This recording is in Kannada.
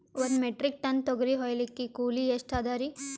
ಒಂದ್ ಮೆಟ್ರಿಕ್ ಟನ್ ತೊಗರಿ ಹೋಯಿಲಿಕ್ಕ ಕೂಲಿ ಎಷ್ಟ ಅದರೀ?